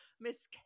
Miss